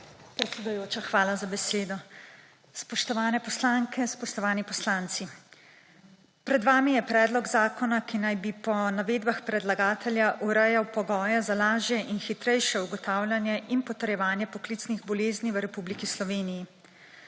Predsedujoča, hvala za besedo. Spoštovane poslanke, spoštovani poslanci! Pred vami je predlog zakona, ki naj bi po navedbah predlagatelja urejal pogoje za lažje in hitrejše ugotavljanje in potrjevanje poklicnih bolezni v Republiki Sloveniji.